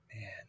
Man